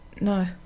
no